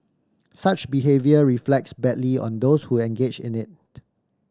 such behaviour reflects badly on those who engage in it